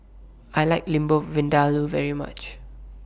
I like Lamb Vindaloo very much